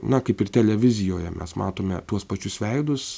na kaip ir televizijoje mes matome tuos pačius veidus